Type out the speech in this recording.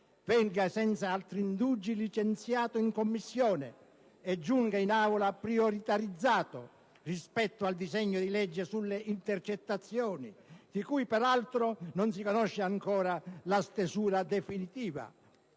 venga senza altri indugi licenziato in Commissione per giungere in Aula in via prioritaria rispetto al disegno di legge sulle intercettazioni, di cui peraltro non si conosce ancora la stesura definitiva.